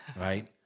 right